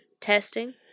Testing